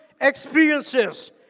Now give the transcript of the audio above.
experiences